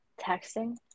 texting